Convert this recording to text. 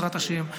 בעזרת השם.